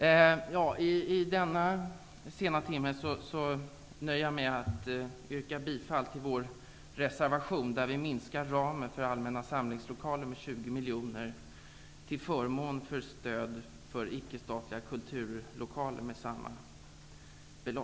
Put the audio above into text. Herr talman! I denna sena timme nöjer jag mig med att yrka bifall till vår reservation, enligt vilken vi vill minska ramen för allmänna samlingslokaler med 20